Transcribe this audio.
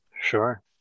Sure